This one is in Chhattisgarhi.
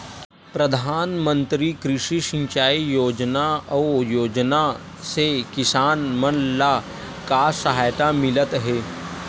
प्रधान मंतरी कृषि सिंचाई योजना अउ योजना से किसान मन ला का सहायता मिलत हे?